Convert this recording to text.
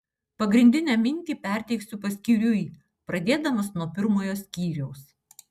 pagrindinę mintį perteiksiu paskyriui pradėdamas nuo pirmojo skyriaus